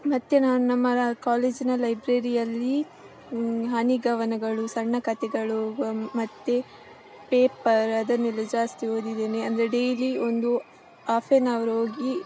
ಮತ್ತು ನಾನು ನಮ್ಮ ಕಾಲೇಜಿನ ಲೈಬ್ರೆರಿಯಲ್ಲಿ ಹನಿಗವನಗಳು ಸಣ್ಣ ಕತೆಗಳು ಮತ್ತೆ ಪೇಪರ್ ಅದನ್ನೆಲ್ಲ ಜಾಸ್ತಿ ಓದಿದ್ದೇನೆ ಅಂದರೆ ಡೈಲಿ ಒಂದು ಹಾಫ್ ಆ್ಯನ್ ಹವರ್ ಹೋಗಿ